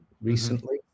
recently